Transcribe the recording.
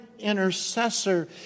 intercessor